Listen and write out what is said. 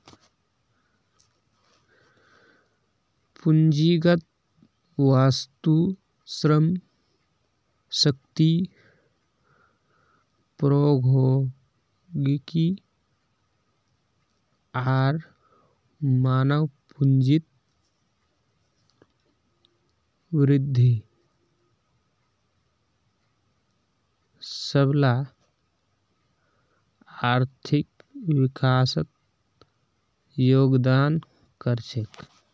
पूंजीगत वस्तु, श्रम शक्ति, प्रौद्योगिकी आर मानव पूंजीत वृद्धि सबला आर्थिक विकासत योगदान कर छेक